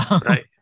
Right